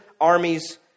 armies